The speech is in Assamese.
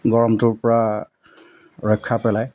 গৰমটোৰপৰা ৰক্ষা পেলাই